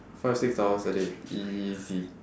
five six hours a day easy